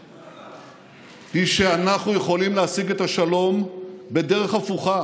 היא שאנחנו יכולים להשיג את השלום בדרך הפוכה: